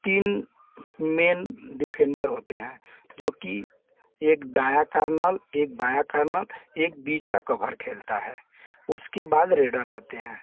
तीन main defender होते हैं जो कि एक दायाँ कार्नर एक बायाँ कार्नर एक बीच का कभर खेलता है उसके बाद रेडर रहते हैं